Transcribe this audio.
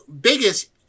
biggest